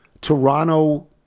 Toronto